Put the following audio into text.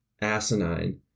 asinine